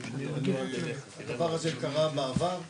הדבר הזה קרה בעבר.